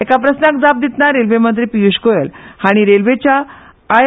एका प्रस्नाक जाप दितना रल्वे मंत्री पियुष गोयल हाणी रेल्वेच्या आय